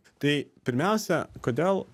tai pirmiausia kodėl